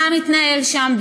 מה מתנהל שם,